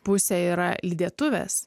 pusė yra lydėtuvės